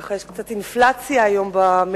ככה יש קצת אינפלציה של שרים היום במליאה,